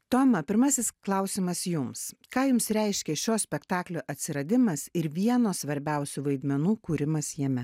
toma pirmasis klausimas jums ką jums reiškia šio spektaklio atsiradimas ir vieno svarbiausių vaidmenų kūrimas jame